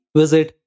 visit